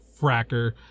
Fracker